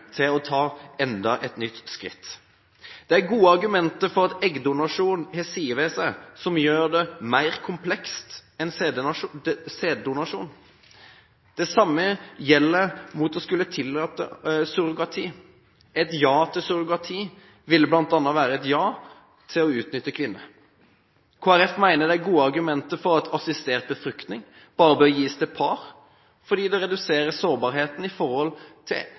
til å ta enda et nytt skritt. Det er gode argumenter for at eggdonasjon har sider ved seg som gjør det mer komplekst enn sæddonasjon. Det samme gjelder argumentene mot å skulle tillate surrogati. Et ja til surrogati ville bl.a. være et ja til å utnytte kvinner. Kristelig Folkeparti mener det er gode argumenter for at assistert befruktning bare bør gis til par, fordi det reduserer sårbarheten i forhold til